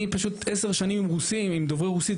אני עשר שנים עם דוברי רוסים,